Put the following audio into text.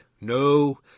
No